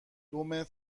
دومتر